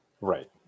Right